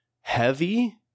heavy